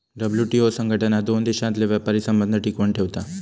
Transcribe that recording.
WTO संघटना दोन देशांतले व्यापारी संबंध टिकवन ठेवता